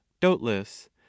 doubtless